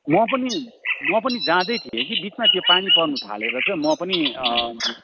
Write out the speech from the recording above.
म पनि म पनि जाँदै थिएँ कि बिचमा त्यो पानी पर्नुथालेर चाहिँ म पनि